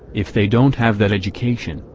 if they don't have that education,